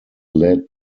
led